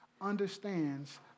understands